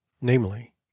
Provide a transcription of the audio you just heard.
namely